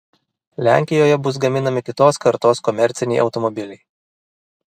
lenkijoje bus gaminami kitos kartos komerciniai automobiliai